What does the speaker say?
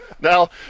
now